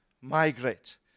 migrate